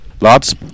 Lads